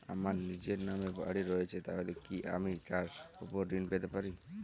আমার নিজের নামে বাড়ী রয়েছে তাহলে কি আমি তার ওপর ঋণ পেতে পারি?